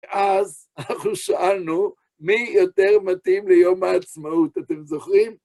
אז אנחנו שאלנו מי יותר מתאים ליום העצמאות, אתם זוכרים?